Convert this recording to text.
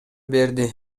берди